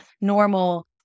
normal